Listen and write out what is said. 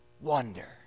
wonder